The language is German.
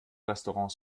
restaurants